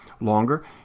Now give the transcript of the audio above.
longer